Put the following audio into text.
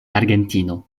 argentino